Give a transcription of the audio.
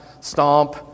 stomp